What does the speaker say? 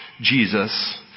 Jesus